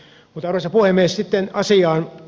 mutta arvoisa puhemies sitten asiaan